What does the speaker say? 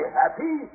happy